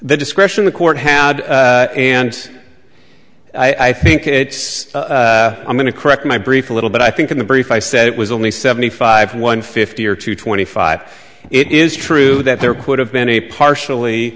the discretion the court had and i think it's i'm going to correct my brief a little bit i think in the brief i said it was only seventy five one fifty or to twenty five it is true that there could have been a partially